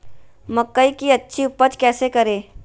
मकई की अच्छी उपज कैसे करे?